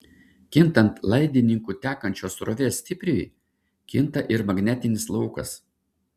kintant laidininku tekančios srovės stipriui kinta ir magnetinis laukas